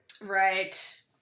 Right